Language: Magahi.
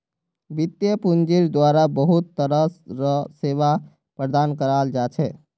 वित्तीय पूंजिर द्वारा बहुत तरह र सेवा प्रदान कराल जा छे